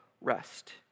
rest